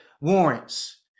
warrants